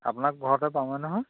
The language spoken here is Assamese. আপোনাক ঘৰতে পামে নহয়